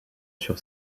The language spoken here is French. sur